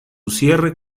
cierre